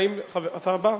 האם אתה בא?